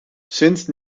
sint